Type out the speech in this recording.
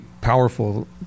powerful